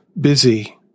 busy